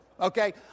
okay